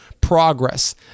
progress